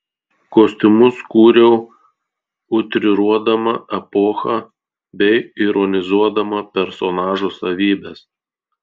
kostiumus kūriau utriruodama epochą bei ironizuodama personažų savybes